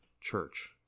church